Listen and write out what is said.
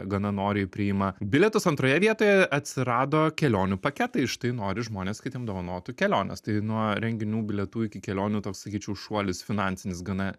gana noriai priima bilietus antroje vietoje atsirado kelionių paketai štai nori žmonės kad jiem dovanotų keliones tai nuo renginių bilietų iki kelionių toks sakyčiau šuolis finansinis gana